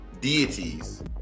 deities